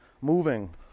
moving